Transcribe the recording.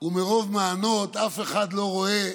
ומרוב מענות אף אחד לא רואה